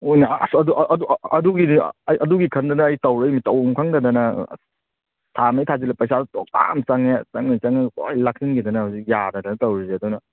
ꯍꯣꯏꯅꯦ ꯑꯁ ꯑꯗꯨꯒꯤꯗꯨ ꯑꯩ ꯑꯗꯨꯒꯤ ꯈꯟꯗꯅ ꯑꯩ ꯇꯧꯔꯛꯏꯅꯤ ꯇꯧꯐꯝ ꯈꯪꯗꯗꯅ ꯊꯥꯈꯩ ꯊꯥꯖꯤꯜꯂ ꯄꯩꯁꯥꯁꯨ ꯇꯞ ꯇꯥꯈꯩ ꯆꯪꯉꯦ ꯆꯪꯉꯒ ꯆꯪꯉꯒ ꯂꯣꯏ ꯂꯥꯛꯁꯤꯟꯈꯤꯗꯅ ꯍꯧꯖꯤꯛ ꯌꯥꯗꯗꯅ ꯇꯧꯔꯤꯁꯦ ꯑꯗꯨꯅ